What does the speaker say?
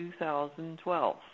2012